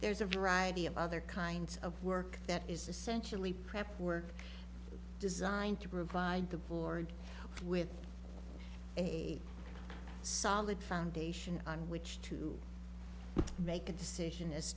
there's a variety of other kinds of work that is essentially prep work designed to provide the board with a solid foundation on which to make a decision as